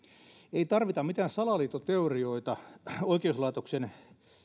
ei tarvita mitään salaliittoteorioita oikeuslaitoksen